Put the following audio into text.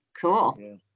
Cool